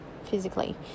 physically